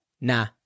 nah